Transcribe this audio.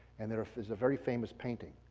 and there is a very famous painting